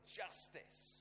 justice